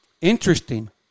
Interesting